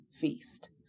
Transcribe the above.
Feast